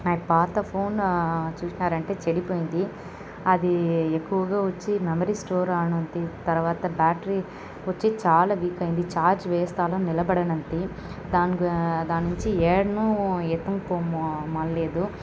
నా పాత ఫోన్ చూసినారంటే చెడిపోయింది అది ఎక్కువగా వచ్చి మెమరి స్టోర్ ఆనతి తర్వాత బ్యాటరీ వచ్చి చాల వీక్ అయ్యింది చార్జ్ వేస్తాను నిలబడనంది దాన్ గు దాని నుంచి ఏడనో ఎటుపోమ్ము అనలేదు